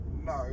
No